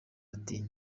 ati